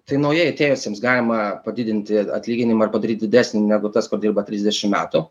tai naujai atėjusiems galima padidinti atlyginimą ar padaryt didesnį negu tas kur dirba trisdešim metų